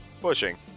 Pushing